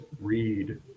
read